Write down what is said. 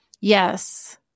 Yes